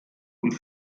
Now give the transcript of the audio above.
und